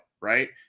right